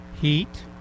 Heat